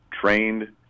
Trained